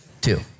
Two